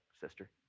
sister